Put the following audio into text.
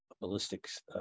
ballistics